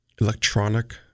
electronic